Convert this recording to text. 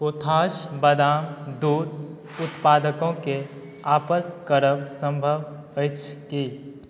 कोथास बादाम दूध उत्पादकोकेँ आपस करब संभव अछि की